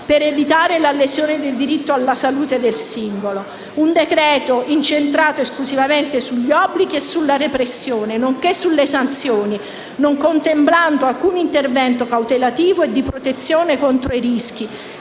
per evitare la lesione del diritto alla salute del singolo. Il provvedimento è inoltre incentrato esclusivamente sugli obblighi, sulla repressione e sulle sanzioni, non contemplando alcun intervento cautelativo e di protezione contro i rischi,